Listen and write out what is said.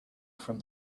from